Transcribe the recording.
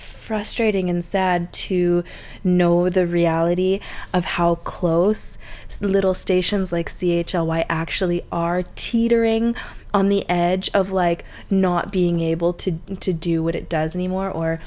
frustrating and sad to know the reality of how close the little stations like c h l i actually are teetering on the edge of like not being able to to do what it does anymore or